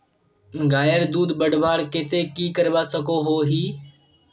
गायेर दूध बढ़वार केते की करवा सकोहो ही?